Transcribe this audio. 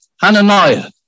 Hananiah